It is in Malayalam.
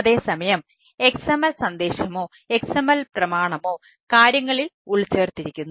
അതേസമയം XML സന്ദേശമോ XML പ്രമാണമോ കാര്യങ്ങളിൽ ഉൾച്ചേർത്തിരിക്കുന്നു